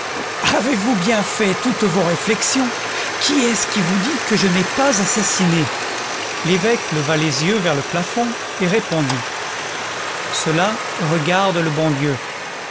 avez-vous bien fait toutes vos réflexions qui est-ce qui vous dit que je n'ai pas assassiné l'évêque leva les yeux vers le plafond et répondit cela regarde le bon dieu